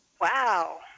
Wow